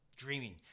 Dreaming